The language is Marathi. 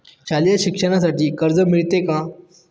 शालेय शिक्षणासाठी कर्ज मिळते का?